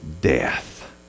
death